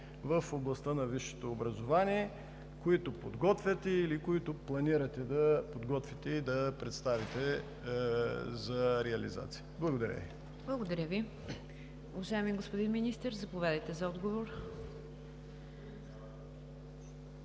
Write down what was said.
в областта на висшето образование, които подготвяте, или които планирате да подготвите и да представите за реализация? Благодаря. ПРЕДСЕДАТЕЛ НИГЯР ДЖАФЕР: Благодаря Ви. Уважаеми господин Министър, заповядайте за отговор.